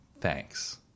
Thanks